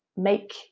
make